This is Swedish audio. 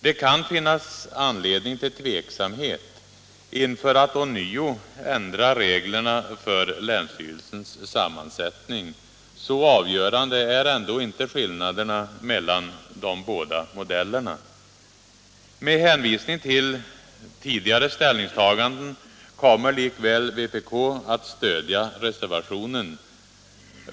Det kan finnas anledning till tveksamhet inför att ånyo ändra reglerna för länsstyrelsens sammansättning. Så avgörande är ändå inte skillnaderna mellan de båda modellerna. Med hänvisning till de tidigare ställningstagandena kommer likväl vpk att stödja reservationen.